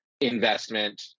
investment